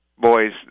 boys